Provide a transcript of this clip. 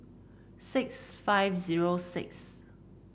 six five zero six